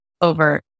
over